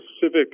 civic